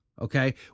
okay